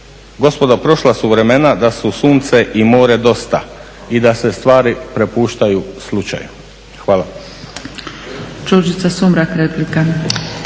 Gospodo, prošla su vremena da su sunce i more dosta i da se stvari prepuštaju slučaju. Hvala.